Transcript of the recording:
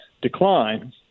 decline